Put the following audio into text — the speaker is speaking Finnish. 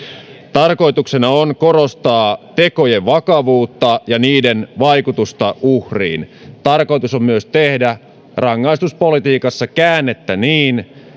tarkoituksena on korostaa tekojen vakavuutta ja niiden vaikutusta uhriin tarkoitus on myös tehdä rangaistuspolitiikassa käännettä niin